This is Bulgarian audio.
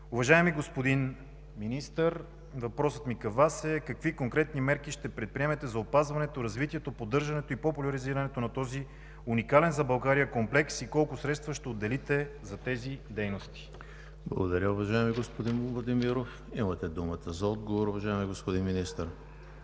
Уважаеми господин Министър, въпросът ми към Вас е: какви конкретни мерки ще предприемете за опазването, развитието, поддържането и популяризирането на този уникален за България комплекс и колко средства ще отделите за тези дейности? ПРЕДСЕДАТЕЛ ЕМИЛ ХРИСТОВ: Благодаря, уважаеми господин Владимиров. Имате думата за отговор, уважаеми господин Министър.